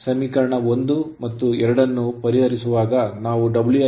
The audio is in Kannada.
ಸಮೀಕರಣ 1 ಮತ್ತು 2 ಅನ್ನು ಪರಿಹರಿಸುವಾಗ ನಾವು Wi 267